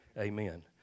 Amen